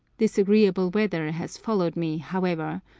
disagreeable weather has followed me, however,